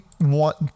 want